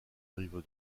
rive